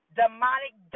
demonic